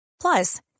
Plus